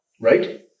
right